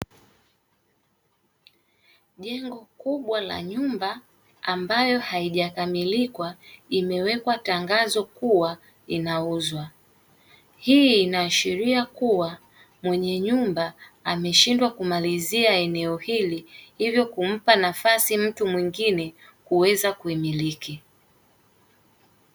Jengo kubwa la nyumba ambayo haijakamilika imewekwa tangazo kuwa inauzwa. Hii inaashiria kuwa mwenye nyumba ameshindwa kumalizia eneo hili hivyo kumpa nafasi mtu mwingine kuweza kuimiliki.